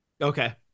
Okay